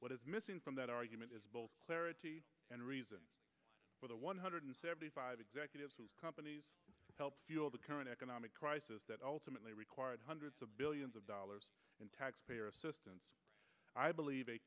what is missing from that argument is clarity and reason for the one hundred seventy five executives who companies helped fuel the current economic crisis that ultimately required hundreds of billions of dollars in taxpayer assistance i believe